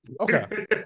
Okay